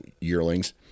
yearlings